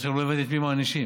אז השאלה, את מי מענישים.